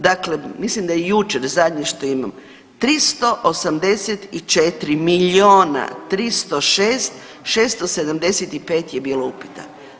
Dakle, mislim da je jučer zadnje što imam 384 miliona 306.675 je bilo upita.